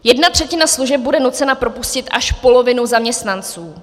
Jedna třetina služeb bude nucena propustit až polovinu zaměstnanců.